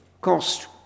cost